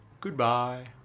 Goodbye